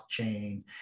blockchain